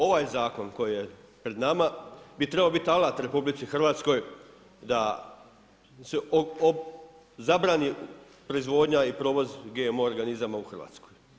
Ovaj zakon koji je pred nama bi trebao biti alat RH, da se zabrani proizvodnja i provoz GMO organizama u Hrvatskoj.